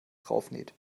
draufnäht